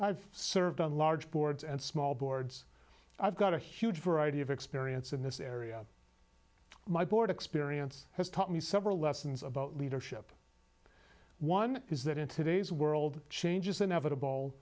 i've served on large boards and small boards i've got a huge variety of experience in this area my board experience has taught me several lessons about leadership one is that in today's world changes inevitable